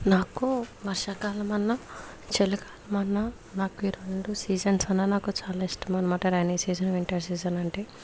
నాకు వర్షాకాలమన్నా చలికాలమన్నా నాకు ఈ రెండు సీజన్స్ అన్న నాకు చాలా ఇష్టమన్నమాట రెయినీ సీజన్ వింటర్ సీజన్ అంటే